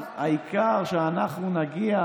שאנחנו נגיע,